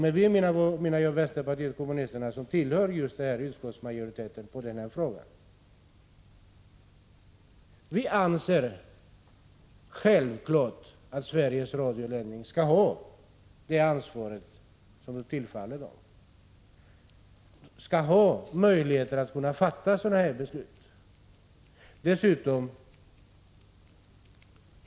Med vi menar jag vänsterpartiet kommunisterna, som i just denna fråga tillhör utskottsmajoriteten. Vi tycker att Sveriges Radios ledning självfallet skall ha det ansvar som tillkommer ledningen, skall ha möjligheter att kunna fatta sådana här beslut.